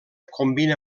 combina